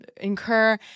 incur